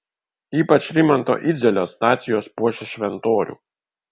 ypač rimanto idzelio stacijos puošia šventorių